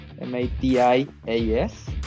m-a-t-i-a-s